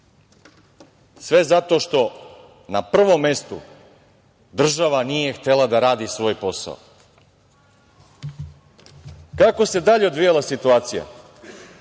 sve zato što, na prvom mestu, država nije htela da radi svoj posao. Kako se dalje odvijala situacija?